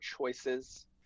choices